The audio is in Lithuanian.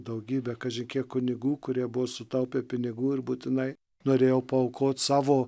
daugybė kaži kiek kunigų kurie buvo sutaupę pinigų ir būtinai norėjo paaukot savo